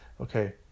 okay